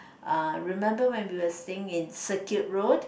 uh remember when we are staying in Circuit Road